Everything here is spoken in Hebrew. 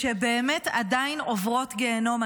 ושבאמת עדיין עוברות גיהינום.